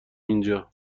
اینجا